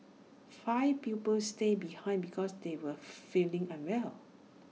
five pupils stayed behind because they were feeling unwell